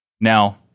Now